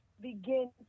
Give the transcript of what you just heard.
begin